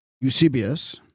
Eusebius